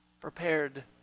prepared